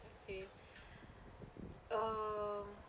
okay uh